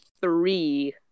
three